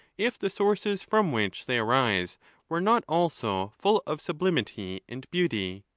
if the sources from which they arise were not also full of sublimity and beauty.